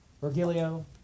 Virgilio